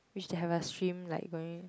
which they have a swing like going